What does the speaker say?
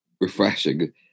refreshing